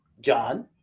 John